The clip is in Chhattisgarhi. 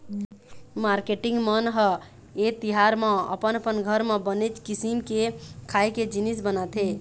मारकेटिंग मन ह ए तिहार म अपन अपन घर म बनेच किसिम के खाए के जिनिस बनाथे